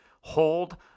hold